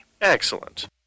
Excellent